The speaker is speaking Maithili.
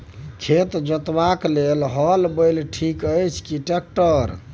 खेत जोतबाक लेल हल बैल ठीक अछि की ट्रैक्टर?